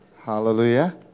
Hallelujah